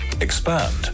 expand